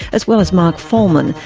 as well as mark follman,